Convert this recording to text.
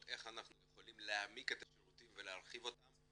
איך אנחנו יכולים להעמיק את השירותים ולהרחיב אותם,